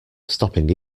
stopping